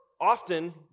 often